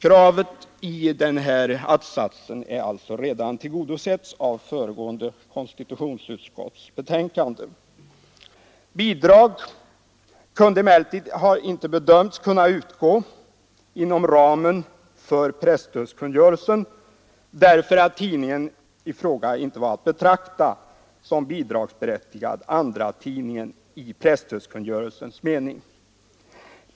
Kravet i denna att-sats har alltså tillgodosetts redan i konstitutionsutskottets betänkande föregående år. Bidrag har emellertid inte bedömts kunna utgå inom ramen för presstödskungörelsen därför att tidningen i fråga inte är att betrakta som bidragsberättigad andratidning i presstödskungörelsens mening.